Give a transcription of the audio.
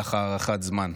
ככה, הארכת זמן,